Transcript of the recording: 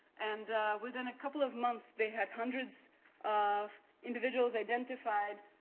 and within a couple of months, they had hundreds of individuals identified,